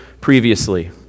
previously